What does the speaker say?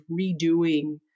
redoing